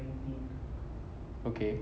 okay